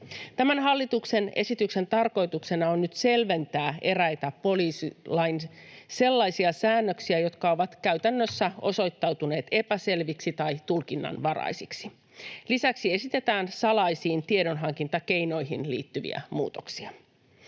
Tämän hallituksen esityksen tarkoituksena on nyt selventää eräitä poliisilain sellaisia säännöksiä, jotka ovat käytännössä osoittautuneet epäselviksi tai tulkinnanvaraisiksi. Lisäksi esitetään salaisiin tiedonhankintakeinoihin liittyviä muutoksia.